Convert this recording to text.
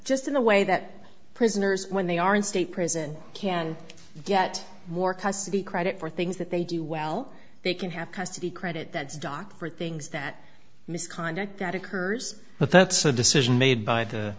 just in the way that prisoners when they are in state prison can get more custody credit for things that they do well they can have custody credit that's doctor things that misconduct that occurs but that's a decision made by the